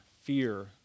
fear